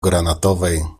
granatowej